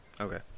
Okay